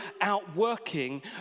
outworking